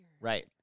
Right